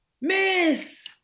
miss